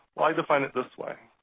i define it this way,